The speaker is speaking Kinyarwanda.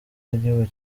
y’igihugu